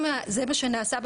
אם זה מה שנעשה,